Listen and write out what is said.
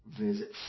visit